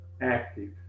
active